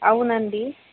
అవునండి